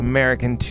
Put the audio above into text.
American